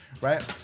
right